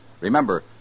Remember